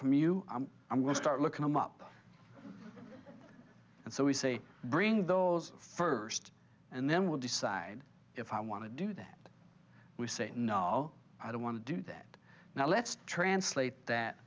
from you i'm going to start looking them up and so we say bring those first and then we'll decide if i want to do that we say no i don't want to do that now let's translate that